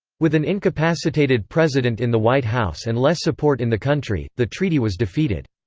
with an incapacitated president in the white house and less support in the country, the treaty was defeated.